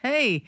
Hey